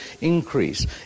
increase